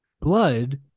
blood